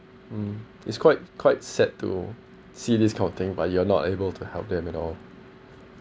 mm it's quite quite sad to see this kind of thing but you are not able to help them at all